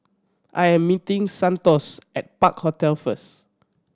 I am meeting Santos at Park Hotel first